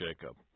Jacob